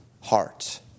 heart